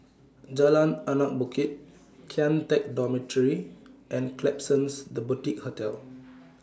Jalan Anak Bukit Kian Teck Dormitory and Klapsons The Boutique Hotel